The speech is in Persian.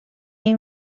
این